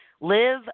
Live